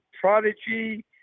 prodigy